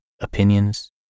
opinions